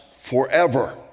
forever